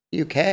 UK